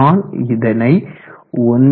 நான் இதனை 1